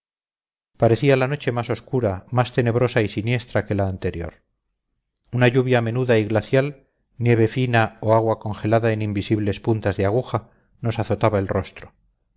parecía la noche más oscura más tenebrosa y siniestra que la anterior una lluvia menuda y glacial nieve fina o agua congelada en invisibles puntas de aguja nos azotaba el rostro